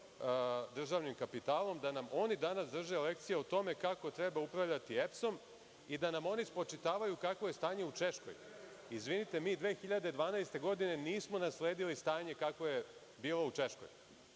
državnim kapitalom, da nam oni danas drže lekcije o tome kako treba upravljati EPS-om i da nam oni spočitavaju kakvo je stanje u Češkoj. Izvinite, mi 2012. godine nismo nasledili stanje kakvo je bilo u Češkoj.